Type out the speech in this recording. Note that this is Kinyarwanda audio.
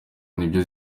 nibyo